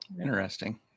Interesting